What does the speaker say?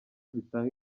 bitanga